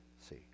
see